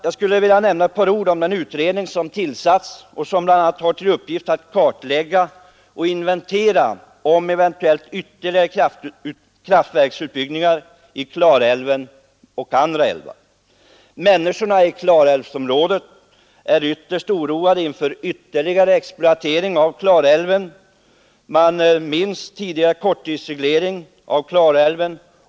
Jag skulle avslutningsvis vilja säga några ord om den utredning som tillsatts som bl.a. har till uppgift att kartlägga och inventera eventuella ytterligare kraftverksutbyggnader i Klarälven och andra älvar. Människorna i Klarälvsområdet är oroade inför ytterligare exploatering av Klarälven. Man minns tidigare korttidsreglering av Klarälven.